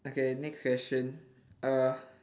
okay next question uh